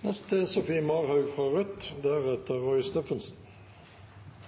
Kommentaren min om kjærlighetsforholdet mellom Rødt